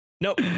Nope